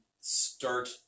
start